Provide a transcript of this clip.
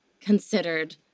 considered